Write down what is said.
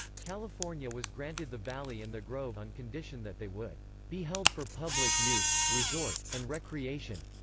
california was granted the valley and the grove on condition that they would be held for public use, resort, and recreation.